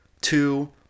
two